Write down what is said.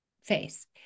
face